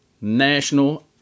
national